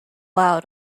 loud